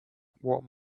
what